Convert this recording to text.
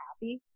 happy